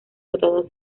dotado